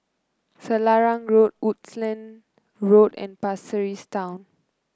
Selarang Road Woodlands Road and Pasir Ris Town